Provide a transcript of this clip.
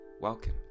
welcome